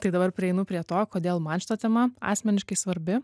tai dabar prieinu prie to kodėl man šita tema asmeniškai svarbi